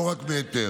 לא רק בהיתר.